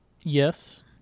yes